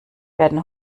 werden